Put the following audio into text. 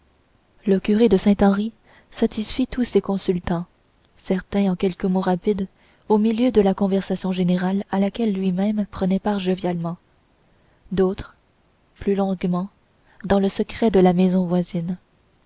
le curé de saint henri satisfit tous ses consultants certains en quelques mots rapides au milieu de la conversation générale à laquelle lui-même prenait part jovialement d'autres plus longuement dans le secret de la pièce voisine